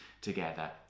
together